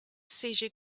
seizure